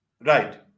Right